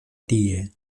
tie